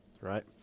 right